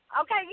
Okay